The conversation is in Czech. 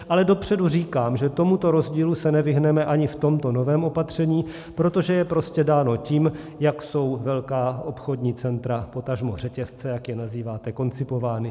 Ale dopředu říkám, že tomuto rozdílu se nevyhneme ani v tomto novém opatření, protože je prostě dán tím, jak jsou velká obchodní centra, potažmo řetězce, jak je nazýváte, koncipovány.